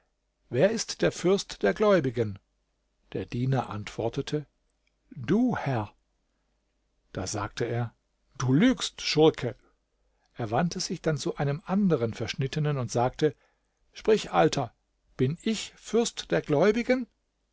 wer ist der fürst der gläubigen der diener antwortete du herr da sagte er du lügst schurke er wandte sich dann zu einem anderen verschnittenen und sagte sprich alter bin ich fürst der gläubigen